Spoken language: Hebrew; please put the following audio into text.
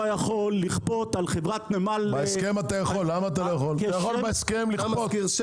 יכול לכפות- -- אתה יכול בהסכם לכפות.